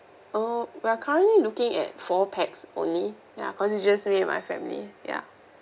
oh we are currently looking at four pax only ya cause it's just me and my family ya